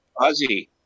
Ozzy